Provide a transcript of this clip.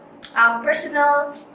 personal